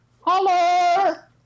Holler